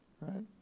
right